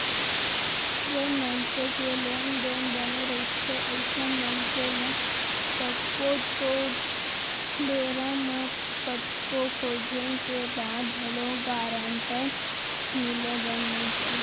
जेन मनसे के लेन देन बने रहिथे अइसन मनसे ल तको तो बेरा म कतको खोजें के बाद घलोक गारंटर मिले बर नइ धरय